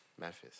Memphis